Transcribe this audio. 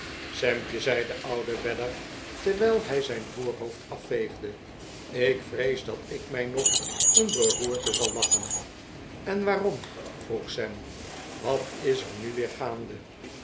sampje zei de oude weller terwijl hij zijn voorhoofd afveegde ik vrees dat ik mij nog een beroerte zal lachen en waarom vroeg sam wat is er nu weer gaande